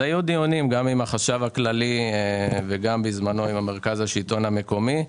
היו דיונים עם החשב הכללי ועם מרכז השלטון המקומי.